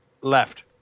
Left